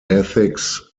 ethics